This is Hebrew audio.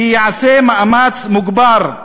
כי ייעשה מאמץ מוגבר,